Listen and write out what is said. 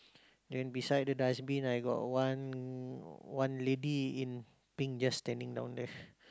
then beside the dustbin I got one one lady in pink just standing down there